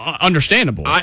understandable